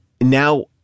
now